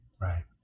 right